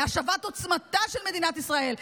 להשבת עוצמתה של מדינת ישראל.